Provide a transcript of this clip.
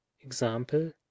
Example